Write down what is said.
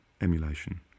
emulation